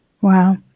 Wow